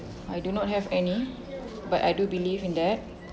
I do not have any but I do believe in that